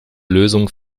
lösung